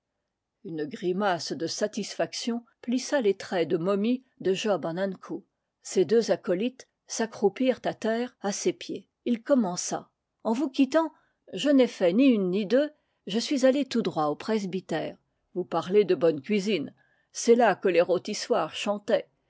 une grimace de satisfaction plissa les traits de momie de job an ankou ses deux acolytes s'accroupirent à terre à ses pieds il commença en vous quittant je n'ai fait ni une ni deux je suis allé tout droit au presbytère vous parlez de bonne cuisine c'est là que les rôtissoires chantaient